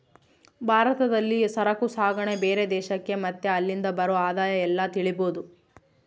ಭಾರತದಲ್ಲಿ ಸರಕು ಸಾಗಣೆ ಬೇರೆ ದೇಶಕ್ಕೆ ಮತ್ತೆ ಅಲ್ಲಿಂದ ಬರೋ ಆದಾಯ ಎಲ್ಲ ತಿಳಿಬೋದು